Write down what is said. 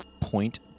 Point